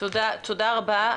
תודה רבה.